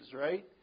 right